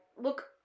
look